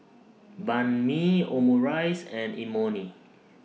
Banh MI Omurice and Imoni